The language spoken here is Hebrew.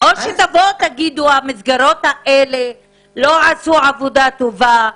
או שתגידו שהמסגרות האלה לא עשו עבודה טובה,